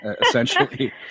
essentially